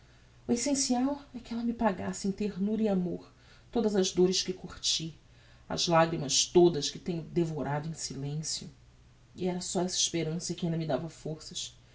o essencial é que ella me pagasse em ternura e amor todas as dores que curti as lagrimas todas que tenho devorado em silencio e era so essa esperança que ainda me dava forças